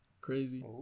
Crazy